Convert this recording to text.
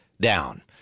down